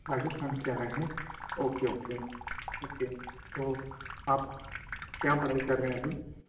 राजस्थान से आए है ओके ओके ओके तो आप क्या पढ़ाई कर रहे हैं अभी